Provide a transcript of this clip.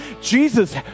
Jesus